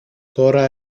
τώρα